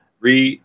Three